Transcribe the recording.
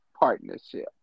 partnership